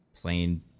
plain